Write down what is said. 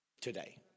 Today